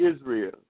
Israel